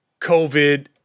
COVID